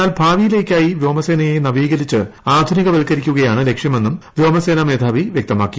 എന്നാൽ ഭാവിയിലേക്കായി വ്യോമസേനയെ നവീകരിച്ച് ആധുനികവത്ക്കരിക്കുകയാണ് ലക്ഷ്യമെന്നും വ്യോമസേന മേധാവി വ്യക്തമാക്കി